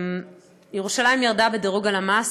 ירושלים ירדה בדירוג הלמ"ס,